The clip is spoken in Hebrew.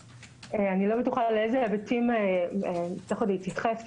אני לא בטוחה לאיזה היבטים צריך עוד להתייחס כי